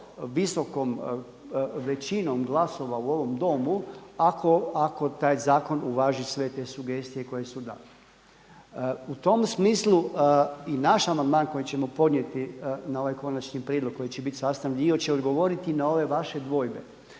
visokom većinom glasova u ovom Domu, ako taj zakon uvaži sve te sugestije koje su dali. U tom smislu i naš amandman koji ćemo podnijeti na ovaj konačni prijedlog koji će biti sastavni dio će odgovoriti na ove vaše dvojbe,